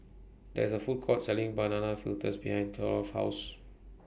There IS A Food Court Selling Banana Fritters behind Ceola's House